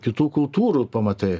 kitų kultūrų pamatai